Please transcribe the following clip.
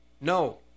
No